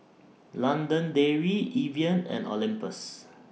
London Dairy Evian and Olympus